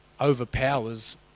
overpowers